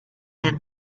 and